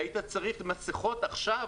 והיית צריך מסכות עכשיו,